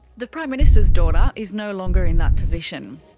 the prime minister's daughter is no longer in that position.